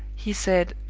he said.